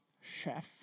chef